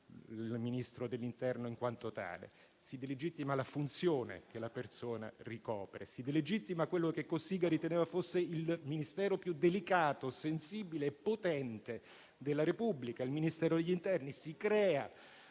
il Ministro dell'interno in quanto tale, ma si delegittima la funzione che la persona ricopre. Si delegittima quello che Cossiga riteneva fosse il Ministero più delicato, sensibile e potente della Repubblica: il Ministero dell'interno. Si crea